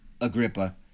Agrippa